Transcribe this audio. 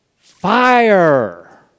fire